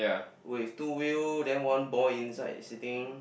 with two wheel then one boy inside sitting